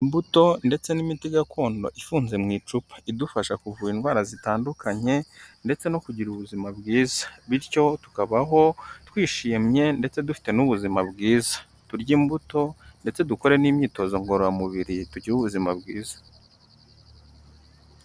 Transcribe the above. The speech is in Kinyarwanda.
Imbuto ndetse n'imiti gakondo ifunze mu icupa, idufasha kuvura indwara zitandukanye ndetse no kugira ubuzima bwiza bityo tukabaho twishimye ndetse dufite n'ubuzima bwiza, turye imbuto ndetse dukore n'imyitozo ngororamubiri, tugire ubuzima bwiza.